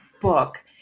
book